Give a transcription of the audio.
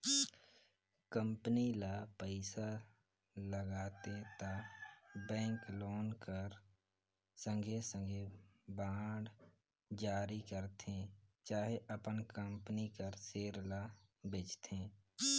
company ल पइसा लागथे त बेंक लोन कर संघे संघे बांड जारी करथे चहे अपन कंपनी कर सेयर ल बेंचथे